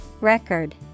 Record